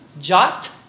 Jot